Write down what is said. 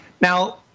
Now